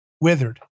withered